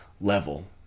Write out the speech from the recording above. level